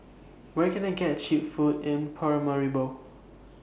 Where Can I get Cheap Food in Paramaribo